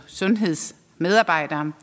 sundhedsmedarbejdere